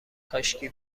کاشکی